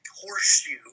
horseshoe